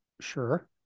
sure